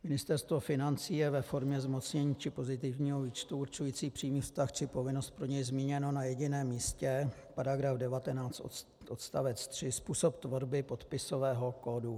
Ministerstvo financí je ve formě zmocnění či pozitivního výčtu určující přímý vztah či povinnost plně zmíněno na jediném místě, § 19 odst. 3, způsob tvorby podpisového kódu.